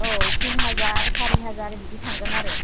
औ तिन हाजार सारि हाजार बिदि थांगोन आरो